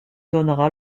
donnera